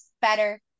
better